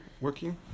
working